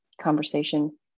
conversation